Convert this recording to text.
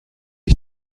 ich